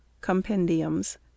Compendiums